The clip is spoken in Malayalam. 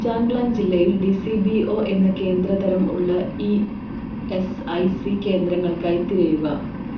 ചാംഗ്ലാങ് ജില്ലയിൽ ഡി സി ബി ഒ എന്ന കേന്ദ്രതരം ഉള്ള ഇ എസ് ഐ സി കേന്ദ്രങ്ങൾക്കായി തിരയുക